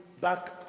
back